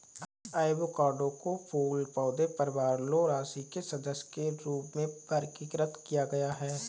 avocado को फूल पौधे परिवार लौरासी के सदस्य के रूप में वर्गीकृत किया गया है